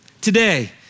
today